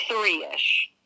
three-ish